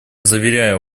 заверяю